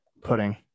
pudding